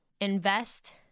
invest